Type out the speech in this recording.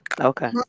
Okay